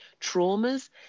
traumas